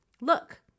look